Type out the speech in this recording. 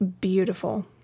beautiful